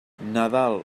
nadal